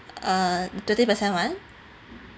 uh twenty percent [one]